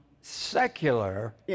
secular